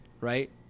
right